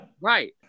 Right